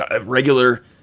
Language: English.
Regular